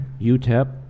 UTEP